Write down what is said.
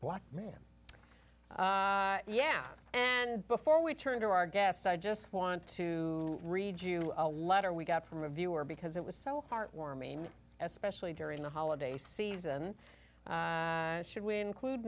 black man yeah and before we turn to our guest i just want to read you a letter we got from a viewer because it was so heartwarming especially during the holiday season should we include